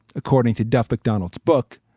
according to duff mcdonald's book.